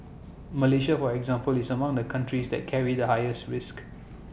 Malaysia for example is among the countries that carry the highest risk